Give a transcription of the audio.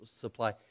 supply